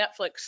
Netflix